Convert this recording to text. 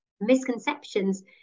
misconceptions